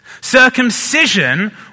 Circumcision